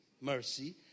mercy